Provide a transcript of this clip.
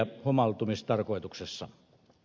arvoisa puhemies